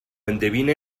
endevine